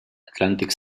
atlantic